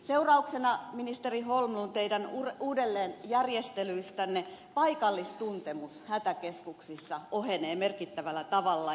seurauksena ministeri holmlund teidän uudelleenjärjestelyistänne paikallistuntemus hätäkeskuksissa ohenee merkittävällä tavalla